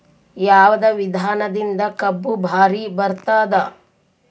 ಯಾವದ ವಿಧಾನದಿಂದ ಕಬ್ಬು ಭಾರಿ ಬರತ್ತಾದ?